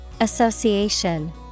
Association